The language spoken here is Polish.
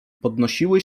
podnosiły